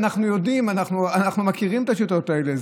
אנחנו יודעים, אנחנו מכירים את השיטות האלה.